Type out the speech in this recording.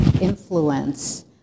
influence